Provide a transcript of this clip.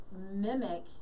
mimic